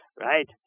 right